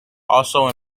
also